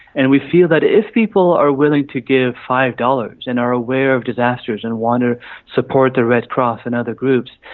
and we feel that if people are willing to give five dollars and are aware of disasters and want to support the red cross and other groups,